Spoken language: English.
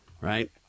right